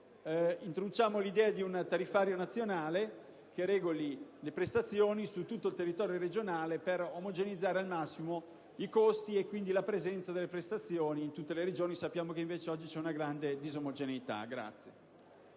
introduciamo l'idea di un tariffario nazionale che regoli le prestazioni su tutto il territorio, per omogeneizzare al massimo i costi e, quindi, la presenza delle prestazioni in tutte le Regioni, nelle quali oggi si registra invece una grande disomogeneità.